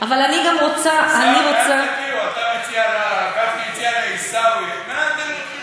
אתה מציע לה, גפני הציע לעיסאווי, נסה